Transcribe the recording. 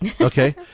Okay